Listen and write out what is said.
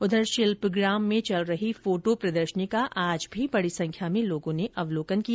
उधर शिल्पग्राम में आयोजित फोटो प्रदर्शनी का आज भी बड़ी संख्या में लोगों ने अवलोकन किया